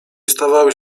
stawały